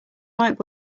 might